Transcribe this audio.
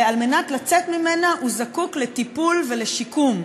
וכדי לצאת ממנה הוא זקוק לטיפול ולשיקום,